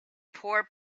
poor